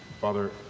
father